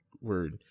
word